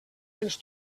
ens